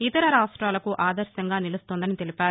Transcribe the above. ఇతర రాష్ట్రాలకు ఆదర్భంగా నిలుస్తోందని తెలిపారు